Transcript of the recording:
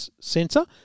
sensor